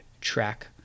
track